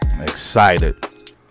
excited